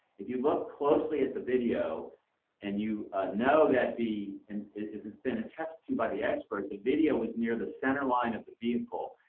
if you look closely at the video and you know that the, and it's it's been attested to by the expert, the video was near the center line of the video.